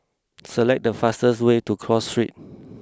select the fastest way to Cross Street